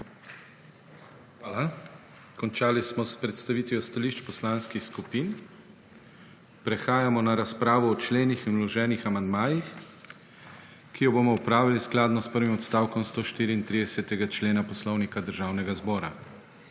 Hvala. Končali smo s predstavitvijo stališč poslanskih skupin. Prehajamo na razpravo o členih in vloženih amandmajih, ki jo bomo opravili skladno s prvim odstavkom 134. člena Poslovnika Državnega zbora.